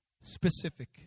specific